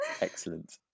Excellent